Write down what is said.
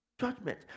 Judgment